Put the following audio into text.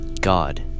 God